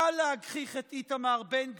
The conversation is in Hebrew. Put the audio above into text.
קל להגחיך את איתמר בן גביר,